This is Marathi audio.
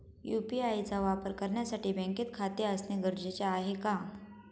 यु.पी.आय चा वापर करण्यासाठी बँकेत खाते असणे गरजेचे आहे का?